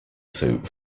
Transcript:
suit